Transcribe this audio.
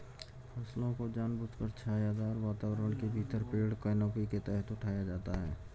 फसलों को जानबूझकर छायादार वातावरण के भीतर पेड़ कैनोपी के तहत उठाया जाता है